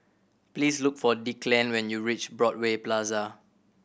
please look for Declan when you reach Broadway Plaza